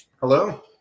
Hello